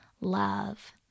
love